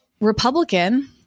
Republican